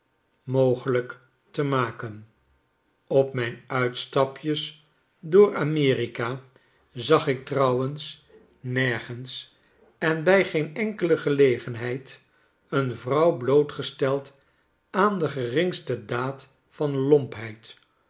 mogelijk te maken op mijn uitstapjes door amerika zag ik trouwens nergens en bij geen enkele gelegenheid een vrouw blootgesteld aan de geringste daad van